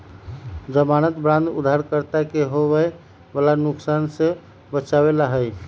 ज़मानत बांड उधारकर्ता के होवे वाला नुकसान से बचावे ला हई